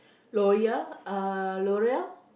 l'oreal uh l'oreal